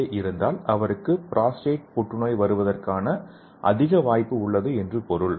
ஏ இருந்தால் அவருக்கு புரோஸ்டேட் புற்றுநோய் வருவதற்கான அதிக வாய்ப்பு உள்ளது என்று பொருள்